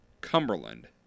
Cumberland